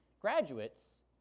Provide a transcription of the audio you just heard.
graduates